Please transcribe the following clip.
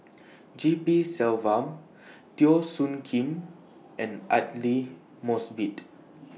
G P Selvam Teo Soon Kim and Aidli Mosbit